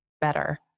better